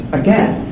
again